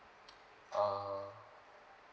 uh